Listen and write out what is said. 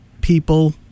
people